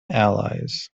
allies